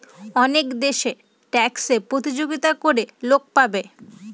অনেক দেশে ট্যাক্সে প্রতিযোগিতা করে লোক পাবে